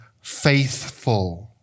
faithful